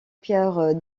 pierre